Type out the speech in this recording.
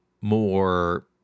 more